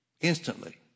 Instantly